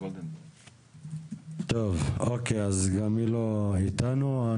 אז לפחות שהייתה עוקבת.